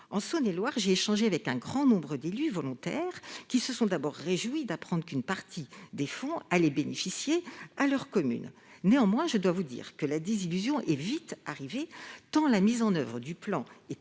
En Saône-et-Loire, j'ai échangé avec un grand nombre d'élus volontaires, qui se sont d'abord réjouis d'apprendre qu'une partie des fonds allait bénéficier à leur commune. Néanmoins, je dois vous le dire, la désillusion est vite arrivée, tant la mise en oeuvre du plan